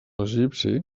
egipci